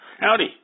Howdy